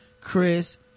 Chris